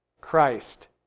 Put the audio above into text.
Christ